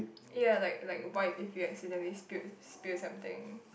ya like like wipe if you accidentally spilt spill something